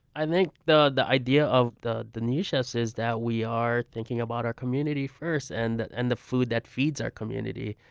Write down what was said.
i think the the idea of the the new chefs is that we are thinking about our community first and and the food that feeds our community.